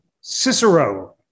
Cicero